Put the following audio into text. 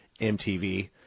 MTV